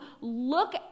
look